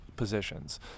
positions